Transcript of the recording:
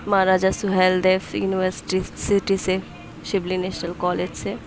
مہا راجا Suheldev university city سے Shibli national college سے